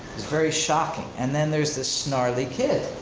was very shocking. and then there's this snarly kid.